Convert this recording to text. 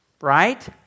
right